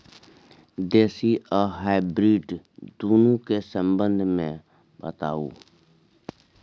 देसी आ हाइब्रिड दुनू के संबंध मे बताऊ?